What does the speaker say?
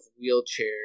wheelchair